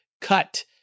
cut